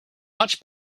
much